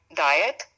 diet